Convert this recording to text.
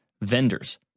vendors